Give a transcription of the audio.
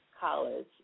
college